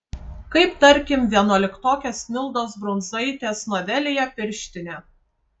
kaip tarkim vienuoliktokės mildos brunzaitės novelėje pirštinė